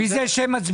בבקשה.